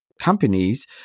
companies